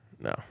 no